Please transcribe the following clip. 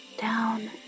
down